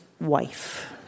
wife